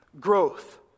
Growth